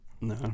No